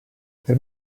per